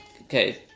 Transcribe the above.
Okay